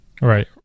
Right